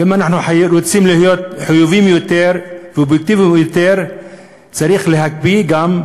ואם אנחנו רוצים להיות חיוביים יותר ואובייקטיבים יותר צריך להקפיא גם,